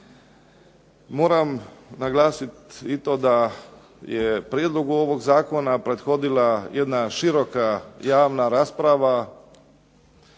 Moram naglasiti i to da je prijedlogu ovog zakona prethodila jedna široka javna rasprava